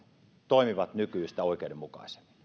toimisivat nykyistä oikeudenmukaisemmin